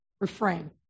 refrain